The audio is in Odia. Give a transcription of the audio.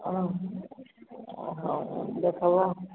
ହଁ ହଉ ଦେଖବା